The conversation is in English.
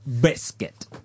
biscuit